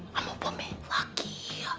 woman. lucky.